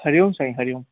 हरिओम Sai हरिओम